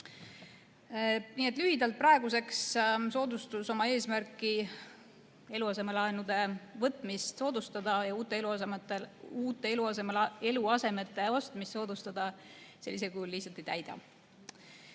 Nii et lühidalt: praeguseks soodustus oma eesmärki, et eluasemelaenude võtmist ja uute eluasemete ostmist soodustada, sellisel kujul lihtsalt ei täida.